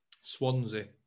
Swansea